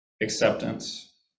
acceptance